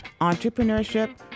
entrepreneurship